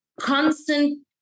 constant